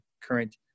current